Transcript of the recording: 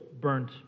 burnt